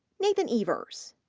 nathan evers,